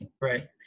Right